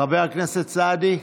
חבר הכנסת סעדי,